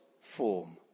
form